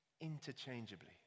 interchangeably